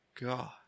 God